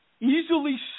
easily